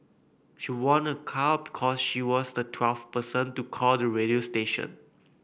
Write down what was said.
she won a car because she was the twelfth person to call the radio station